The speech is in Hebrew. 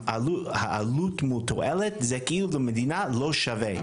העלות מול תועלת זה כאילו המדינה לא שווה.